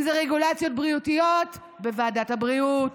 אם זה רגולציות בריאותיות, בוועדת הבריאות.